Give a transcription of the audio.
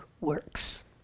works